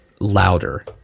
louder